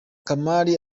kamali